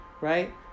Right